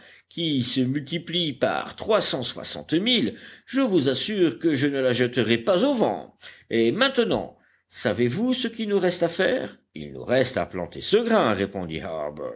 qui se multiplient par trois cent soixante mille je vous assure que je ne la jetterai pas au vent et maintenant savez-vous ce qui nous reste à faire il nous reste à planter ce grain répondit